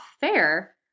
fair